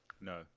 No